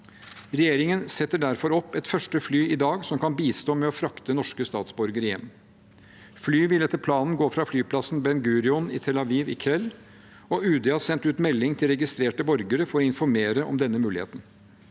Regjeringen setter derfor opp et første fly i dag som kan bistå med å frakte norske statsborgere hjem. Flyet vil etter planen gå fra flyplassen Ben Gurion i Tel Aviv i kveld, og UD har sendt ut melding til registrerte borgere for å informere om denne muligheten.